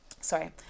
sorry